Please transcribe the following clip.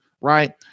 right